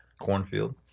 cornfield